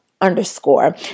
underscore